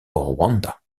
rwanda